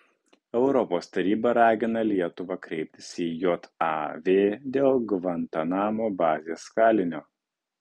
europos taryba ragina lietuvą kreiptis į jav dėl gvantanamo bazės kalinio